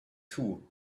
too